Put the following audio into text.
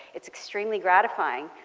it's extremely gratifying.